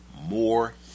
more